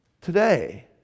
Today